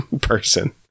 person